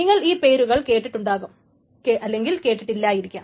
നിങ്ങൾ ഈ പേരുകൾ കേട്ടിട്ടുണ്ടാകാം കേട്ടിട്ടിയില്ലായിരിക്കാം